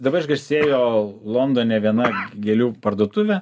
dabar išgarsėjo londone viena gėlių parduotuvė